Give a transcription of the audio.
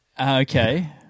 Okay